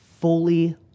fully